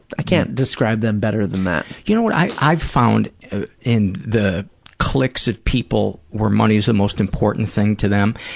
i can't describe them better than that. you know what i've found in the cliques of people where money is the most important thing to them,